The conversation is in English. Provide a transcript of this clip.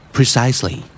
Precisely